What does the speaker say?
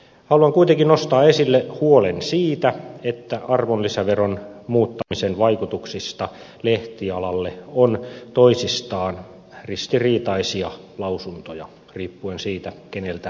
haluan kuitenkin nostaa esille huolen siitä että arvonlisäveron muuttamisen vaikutuksista lehtialalle on toisistaan ristiriitaisia lausuntoja riippuen siitä keneltä kysytään